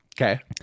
Okay